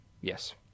Yes